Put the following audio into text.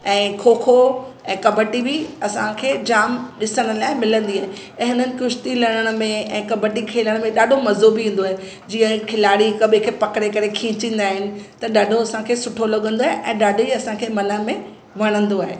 ऐं खोखो ऐं कॿटी बि असांखे जाम ॾिसण लाइ मिलंदी आहे ऐं हिननि कुश्ती लड़ण में ऐं कॿटी खेलण में ॾाढो मज़ो बि ईंदो आए जीअं खिलाड़ी हिक ॿिए खे पकिड़े करे खीचींदा आहिनि त ॾाढो असांखे सुठो लॻंदो आहे ऐं ॾाढी असांखे मन में वणंदो आहे